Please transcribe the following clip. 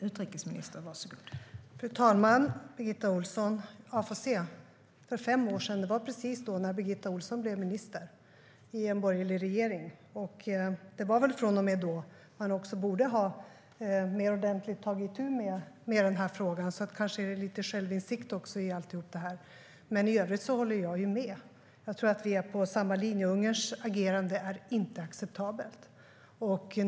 Fru talman! För fem år sedan - det var precis då Birgitta Ohlsson blev minister i en borgerlig regering. Det var väl också från och med då man borde ha mer ordentligt tagit itu med den här frågan, så lite självinsikt kanske borde finnas i allt det här. I övrigt håller jag med. Jag tror att vi är inne på samma linje: Ungerns agerande är inte acceptabelt.